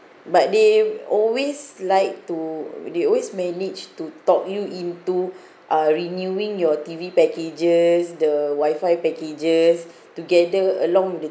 but they always like to they always manage to talk you into uh renewing your T_V packages the wifi packages together along with the